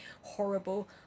horrible